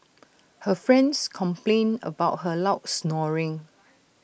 her friends complained about her loud snoring